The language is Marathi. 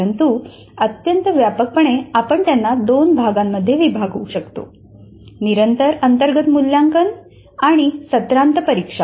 परंतु अत्यंत व्यापकपणे आपण त्यांना दोन भागांमध्ये विभागू शकतोः निरंतर अंतर्गत मूल्यांकन आणि सत्रांत परीक्षा